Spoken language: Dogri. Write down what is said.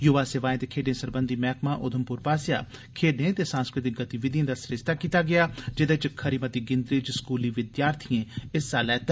युवा सेवाएं ते खेड्डें सरबंधी मैहकमा उधमप्र आस्सेया खेड्डे ते सांस्कृतिक गतिविधियें दा सरिस्ता कीता गेदा हा जेदे च खरी मती गिनतरी च स्कूली विद्यार्थियें हिस्सा लैता